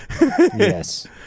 Yes